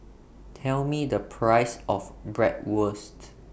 Tell Me The Price of Bratwurst